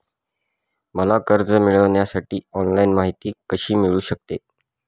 मला कर्ज मिळविण्यासाठी ऑनलाइन माहिती कशी मिळू शकते?